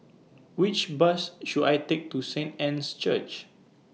Which Bus should I Take to Saint Anne's Church